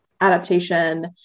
adaptation